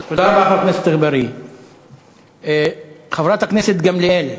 תודה רבה, חבר הכנסת אגבאריה.